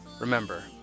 Remember